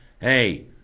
Hey